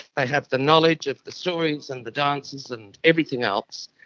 they have the knowledge of the stories, and the dances and everything else,